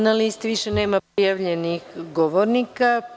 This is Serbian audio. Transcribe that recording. Na listi više nema prijavljenih govornika.